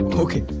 ok,